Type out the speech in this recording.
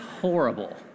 horrible